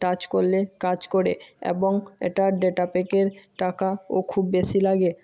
touch করলে কাজ করে এবং এটা ডেটা প্যাকের টাকা ও খুব বেশি লাগে